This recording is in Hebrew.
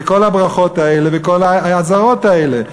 וכל הברכות והאלה וכל האזהרות האלה,